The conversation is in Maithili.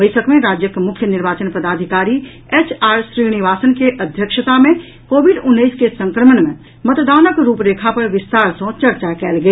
बैसक मे राज्यक मुख्य निर्वाचन पदाधिकारी एच आर श्रीनिवासन के अध्यक्षता मे कोविड उन्नैस के संक्रमण मे मतदानक रूप रेखा पर विस्तार सँ चर्चा कयल गेल